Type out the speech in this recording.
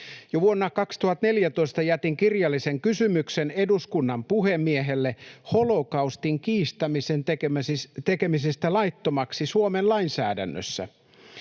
Jo vuonna 2014 jätin kirjallisen kysymyksen eduskunnan puhemiehelle holokaustin kiistämisen tekemisestä laittomaksi Suomen lainsäädännössä.